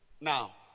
Now